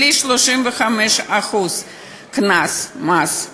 בלי 35% קנס מס.